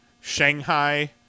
shanghai